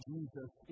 Jesus